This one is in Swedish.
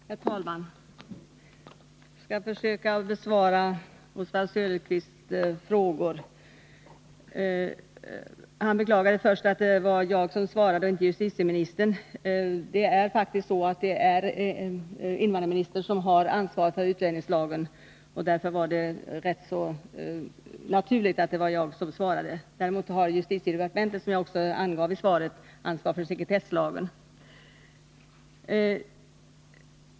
Herr talman! Jag skall försöka besvara Oswald Söderqvists frågor. Han beklagade först att det var jag som svarade och inte justitieministern. Det är faktiskt invandrarministern som har ansvar för utlänningslagen, och därför var det rätt naturligt att det var jag som svarade. Däremot har justitiedepartementet, som jag också angav i svaret, ansvar för sekretesslagen.